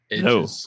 No